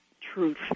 truth